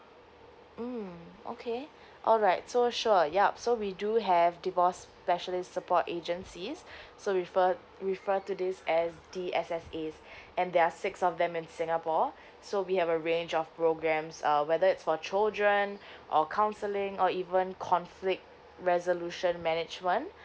mm okay alright so sure yup so we do have divorced specialist support agencies so refer refer to this as D_S_S_A and there are six of them in singapore so we have a range of programmes uh whether it's for children or counselling or even conflict resolution management